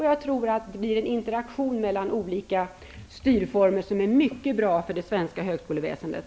Jag tror att det blir en interaktion mellan olika styrformer som är mycket bra för det svenska högskoleväsendet.